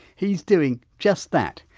he's doing just that,